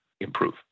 improve